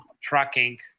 tracking